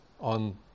on